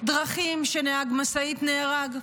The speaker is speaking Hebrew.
דרכים שבה נהג משאית נהרג.